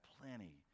plenty